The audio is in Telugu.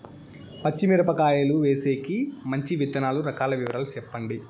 పచ్చి మిరపకాయలు వేసేకి మంచి విత్తనాలు రకాల వివరాలు చెప్పండి?